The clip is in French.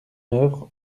œuvre